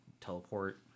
teleport